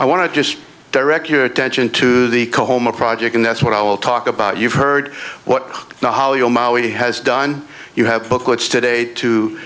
i want to just direct your attention to the coma project and that's what i'll talk about you've heard what the holly he has done you have booklets today to